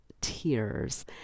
tears